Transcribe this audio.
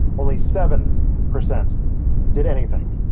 only seven percent did anything.